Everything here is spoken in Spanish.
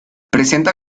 presenta